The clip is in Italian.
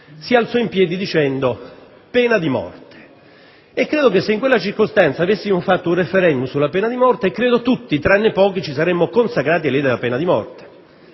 si alzò in piedi dicendo «pena di morte». Credo che se in quella circostanza avessimo fatto un *referendum* sull'introduzione della pena di morte, tutti, tranne pochi, ci saremmo consacrati all'idea della pena di morte.